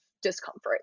discomfort